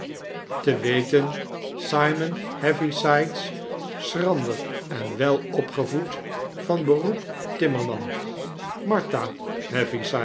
te weten simon heavysides schrander en welopgevoed van beroep timmerman martha